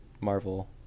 Marvel